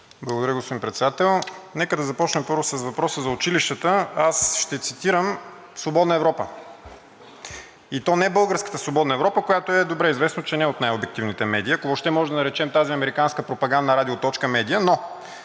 Благодаря, господин Председател. Нека да започнем първо с въпроса за училищата. Аз ще цитирам „Свободна Европа“, и то не българската „Свободна Европа“, която е добре известно, че не е от най-обективните медии, ако въобще можем да наречем тази американска пропагандна радиоточка медия, но